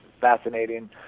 fascinating